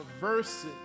verses